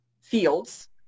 fields